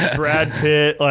brad pitt,